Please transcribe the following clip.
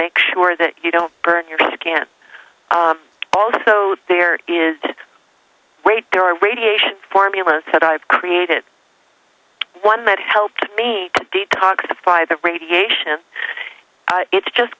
make sure that you don't burn your skin also there is wait there are radiation formulas that i've created one that helped me to detoxify the radiation it's just